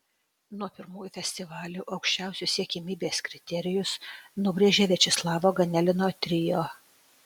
nuo pirmųjų festivalių aukščiausius siekiamybės kriterijus nubrėžė viačeslavo ganelino trio